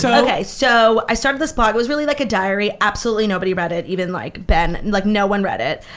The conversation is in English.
so okay, so i started this blog. it was really like a diary. absolutely nobody read it, even like ben. and like no one read it.